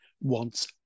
wants